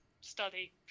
study